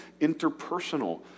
interpersonal